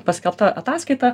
paskelbta ataskaita